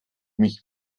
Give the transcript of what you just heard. mich